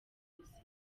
ubuzima